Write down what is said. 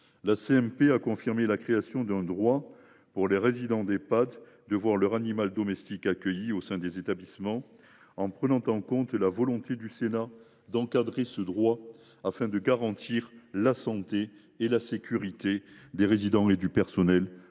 également confirmé la création d’un droit pour les résidents d’Ehpad d’accueillir leur animal domestique au sein des établissements, en prenant en compte la volonté du Sénat d’encadrer ce droit pour garantir la santé et la sécurité des résidents et du personnel, ainsi